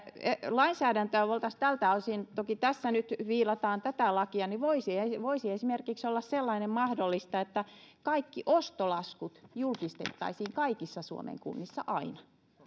lainsäädäntöä voitaisiin tältä osin kehittää toki tässä nyt viilataan tätä lakia niin että voisi esimerkiksi sellainen olla mahdollista että kaikki ostolaskut julkistettaisiin kaikissa suomen kunnissa aina